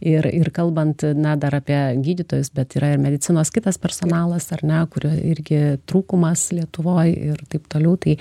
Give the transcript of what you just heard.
ir ir kalbant na dar apie gydytojus bet yra ir medicinos kitas personalas ar ne kuriuo irgi trūkumas lietuvoj ir taip toliau tai